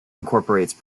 incorporates